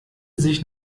sich